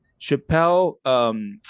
Chappelle